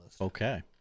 Okay